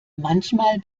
manchmal